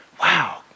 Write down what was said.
wow